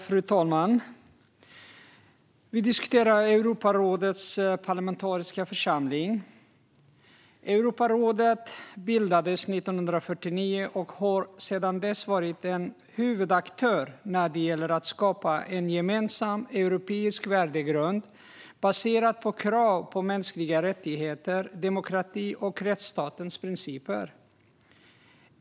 Fru talman! Vi diskuterar Europarådets parlamentariska församling. Europarådet bildades 1949 och har sedan dess varit en huvudaktör när det gäller att skapa en gemensam europeisk värdegrund baserad på krav på mänskliga rättigheter, demokrati och rättsstatens principer.